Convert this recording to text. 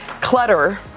clutter